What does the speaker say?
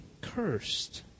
cursed